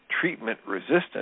treatment-resistant